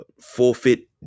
forfeit